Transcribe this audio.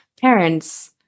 parents